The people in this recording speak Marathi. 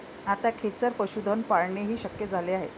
आता खेचर पशुधन पाळणेही शक्य झाले आहे